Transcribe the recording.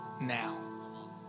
now